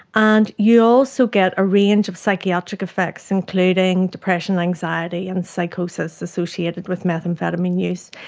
and you also get a range of psychiatric effects, including depression, anxiety and psychosis associated with methamphetamine use.